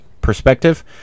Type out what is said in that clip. perspective